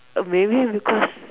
maybe because